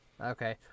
Okay